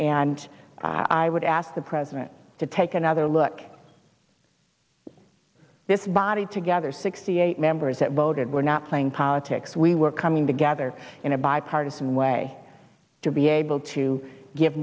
and i would ask the president to take another look at this body together sixty eight members that voted were not playing politics we were coming together in a bipartisan way to be able to give